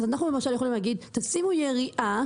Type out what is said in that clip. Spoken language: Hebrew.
אנחנו, למשל, יכולים להגיד, תשימו יריעה